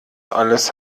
alles